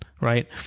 right